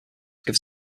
gives